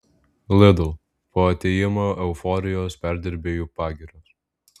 lidl po atėjimo euforijos perdirbėjų pagirios